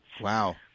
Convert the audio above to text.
Wow